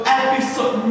episode